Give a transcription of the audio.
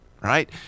right